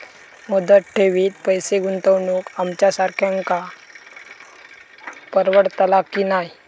मुदत ठेवीत पैसे गुंतवक आमच्यासारख्यांका परवडतला की नाय?